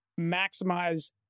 maximize